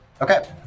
Okay